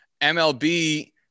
MLB